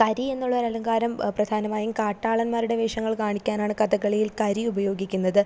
കരിയെന്നുള്ളൊരു അലങ്കാരം പ്രധാനമായും കാട്ടാളന്മാരുടെ വേഷങ്ങൾ കാണിക്കാനാണ് കഥകളിയിൽ കരി ഉപയോഗിക്കുന്നത്